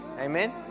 Amen